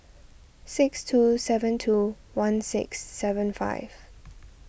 six two seven two one six seven five